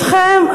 ברשותכם,